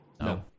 No